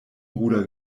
ruder